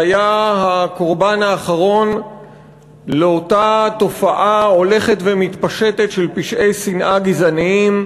שהיה הקורבן האחרון לאותה תופעה הולכת ומתפשטת של פשעי שנאה גזעניים.